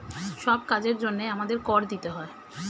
সব কাজের জন্যে আমাদের কর দিতে হয়